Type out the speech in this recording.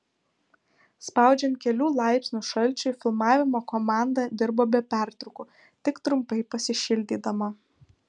spaudžiant kelių laipsnių šalčiui filmavimo komanda dirbo be pertraukų tik trumpai pasišildydama